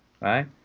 right